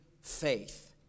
faith